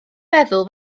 meddwl